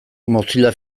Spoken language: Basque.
mozilla